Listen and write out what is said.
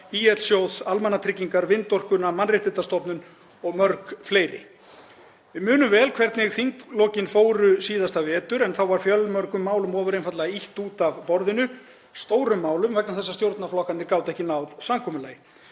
ÍL-sjóð, almannatryggingar, vindorkuna, Mannréttindastofnun og mörg fleiri. Við munum vel hvernig þinglokin fóru síðasta vetur en þá var fjölmörgum málum ofur einfaldlega ýtt út af borðinu, stórum málum, vegna þess að stjórnarflokkarnir gátu ekki náð samkomulagi.